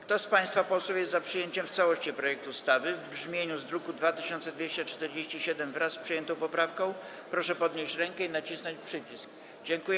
Kto z państwa posłów jest za przyjęciem w całości projektu ustawy w brzmieniu z druku nr 2247, wraz z przyjętą poprawką, proszę podnieść rękę i nacisnąć przycisk.